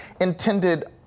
intended